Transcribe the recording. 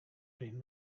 been